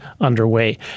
underway